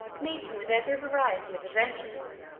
meeting with every variety of adventures.